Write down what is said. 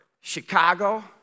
Chicago